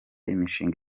imishinga